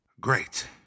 Great